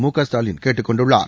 முகஸ்டாலின் கேட்டுக் கொண்டுள்ளார்